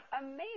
amazing